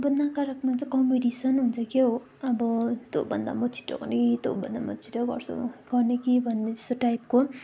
अब नकारात्मक चाहिँ कम्पिटिसन हुन्छ के हो अब त्योभन्दा म छिटो गर्ने त्योभन्दा म छिटो गर्छु गर्ने कि भन्ने जस्तो टाइपको